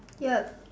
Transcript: yup